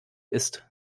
ist